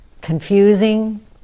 confusing